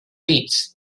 pits